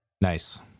nice